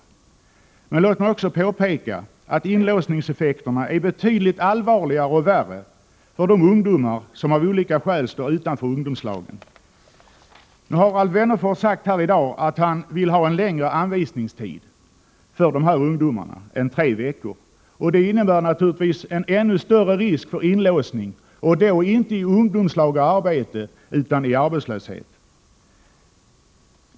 Men låt mig också påpeka att inlåsningseffekterna är betydligt allvarligare och värre för de ungdomar som av olika skäl står utanför ungdomslagen. Alf Wennerfors har i dag sagt, att han vill ha en längre anpassningstid för de här ungdomarna än tre veckor. Det innebär naturligtvis en ännu större risk än nu för inlåsning — och då inte i ungdomslag och arbete utan i arbetslöshet.